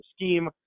scheme